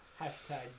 Hashtag